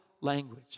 language